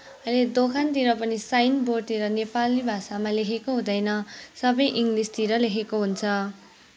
अनि दोकानतिर पनि साइनबोर्डतिर नेपाली भाषामा लेखेको हुँदैन सबै इङ्ग्लिसतिर लेखेको हुन्छ